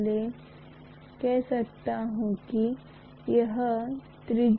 और जिस क्षण हम कहते हैं कि बल 2 x 10 7 N है हमें यह मान लेना होगा कि यह संभवतः गैर चुंबकीय सामग्री में रखा गया है